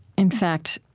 in fact,